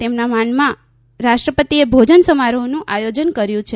તેમના માનમાં રાષ્ટ્રપતિએ ભોજન સમારોહનું આયોજન કર્યું છે